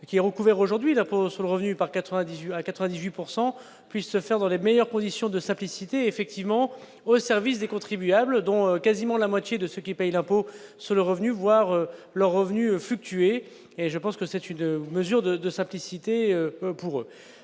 qui est recouvert, aujourd'hui l'impôt sur le revenu par 98 98 pourcent puisse puisse se faire dans les meilleures conditions de simplicité effectivement au service des contribuables dont quasiment la moitié de ceux qui payent l'impôt sur le revenu voir leurs revenus fluctuer et je pense que c'est une mesure de de simplicité pour